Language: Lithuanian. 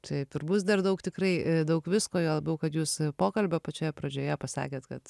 taip ir bus dar daug tikrai daug visko juo labiau kad jūs pokalbio pačioje pradžioje pasakėt kad